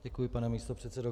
Děkuji, pane místopředsedo.